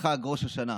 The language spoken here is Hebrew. לחג ראש השנה.